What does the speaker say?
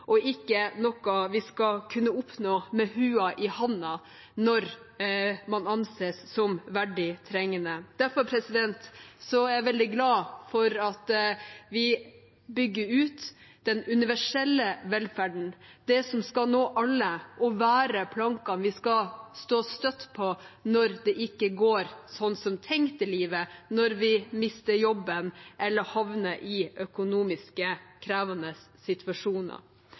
ikke noe vi skal kunne oppnå med lua i hånda når man anses som verdig trengende. Derfor er jeg veldig glad for at vi bygger ut den universelle velferden, det som skal nå alle og være planken vi skal stå støtt på når det ikke går som tenkt i livet, når vi mister jobben eller havner i økonomisk krevende situasjoner.